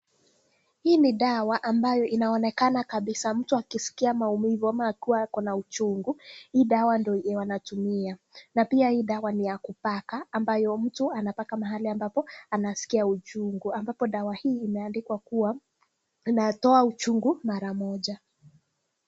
Hii ni dawa ambayo inaonekana kabisa mtu akisikia maumivu ama akiwa ako na uchungu, hii dawa ndio wanatumia. Na pia hii dawa ni ya kupaka, ambayo mtu anapaka mahali ambapo anasikia uchungu, ambapo dawa hii imeandikwa kuwa inatoa uchungu mara moja.